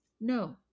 no